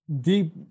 deep